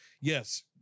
yes